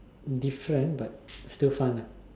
different but still fun ah